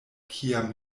kiam